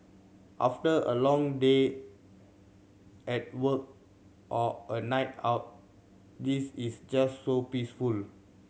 after a long day at work or a night out this is just so peaceful